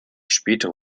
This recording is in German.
spätere